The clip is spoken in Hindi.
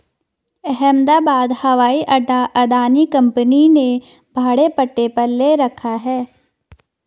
अहमदाबाद हवाई अड्डा अदानी कंपनी ने भाड़े पट्टे पर ले रखा है